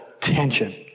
tension